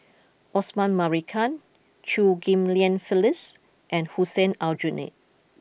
Osman Merican Chew Ghim Lian Phyllis and Hussein Aljunied